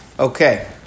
Okay